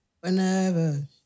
Whenever